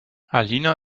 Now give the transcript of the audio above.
alina